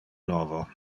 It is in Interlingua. novo